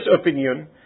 opinion